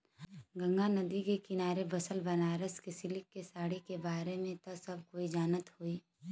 गंगा नदी के किनारे बसल बनारस क सिल्क क साड़ी के बारे में त सब कोई जानत होई